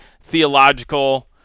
theological